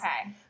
okay